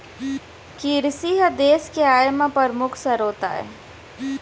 किरसी ह देस के आय म परमुख सरोत आय